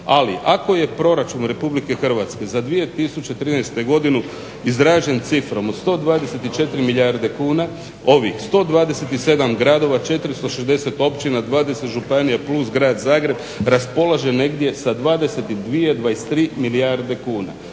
ali ako je Proračun RH za 2013. godinu izražen cifrom od 124 milijarde kuna, ovih 127 gradova, 460 općina, 20 županija plus Grad Zagreb raspolaže negdje sa 22, 23 milijarde kuna.